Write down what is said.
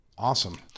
awesome